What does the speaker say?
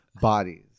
bodies